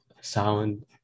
sound